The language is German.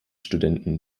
studenten